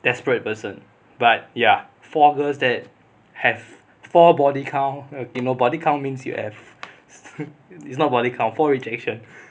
desperate person but ya forecast that have for body count again nobody come means you have this nobody come for rejection